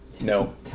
no